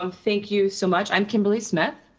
um thank you so much. i'm kimberly smith.